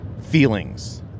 feelings